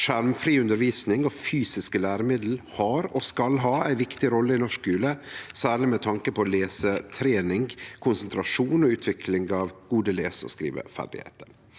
Skjermfri undervisning og fysiske læremiddel har, og skal ha, ei viktig rolle i norsk skule – særleg med tanke på lesetrening, konsentrasjon og utvikling av gode lese- og skriveferdigheiter.